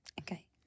Okay